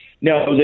No